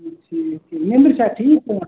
اَچھا ٹھیٖک نٮ۪نٛدٕر چھا ٹھیٖک یِوان